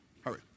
hurry